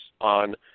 on